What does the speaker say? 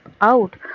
out